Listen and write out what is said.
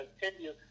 continue